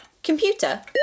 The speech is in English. Computer